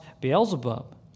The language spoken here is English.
Beelzebub